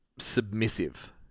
submissive